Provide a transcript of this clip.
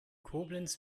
koblenz